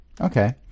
Okay